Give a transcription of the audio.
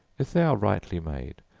if they are rightly made,